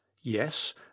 yes